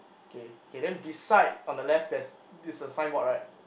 okay okay then beside on the left there's this a signboard right